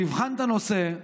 יבחן את הנושא ויגיד: